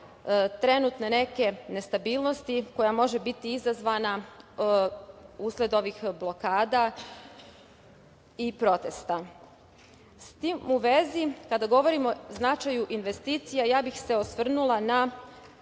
trenutne neke nestabilnosti koja može biti izazvana usled ovih blokada i protesta. Sa tim u vezi, kada govorimo o značaju investicija, ja bih se osvrnula na